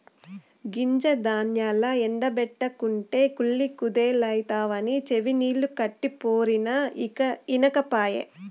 గింజ ధాన్యాల్ల ఎండ బెట్టకుంటే కుళ్ళి కుదేలైతవని చెవినిల్లు కట్టిపోరినా ఇనకపాయె